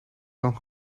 kan